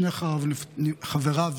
שני חבריו